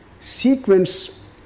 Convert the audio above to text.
sequence